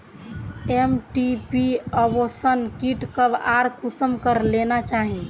MTP abortion kit कब आर कुंसम करे लेना चही?